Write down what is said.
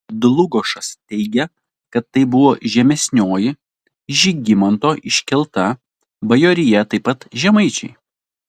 dlugošas teigia kad tai buvo žemesnioji žygimanto iškelta bajorija taip pat žemaičiai